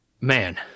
Man